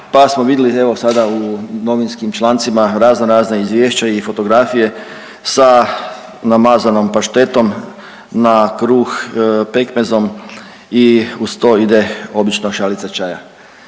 pa smo vidli evo sada u novinskim člancima razno razna izvješća i fotografije sa namazanom paštetom na kruh, pekmezom i uz to ide obično šalica čaja.